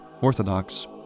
Orthodox